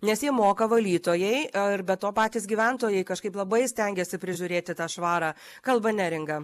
nes jie moka valytojai ir be to patys gyventojai kažkaip labai stengiasi prižiūrėti tą švarą kalba neringa